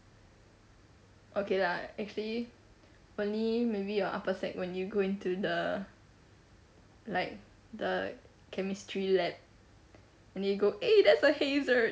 okay lah actually only maybe you're upper sec when you go into the like the chemistry lab and then you go eh that's a hazard